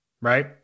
right